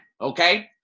okay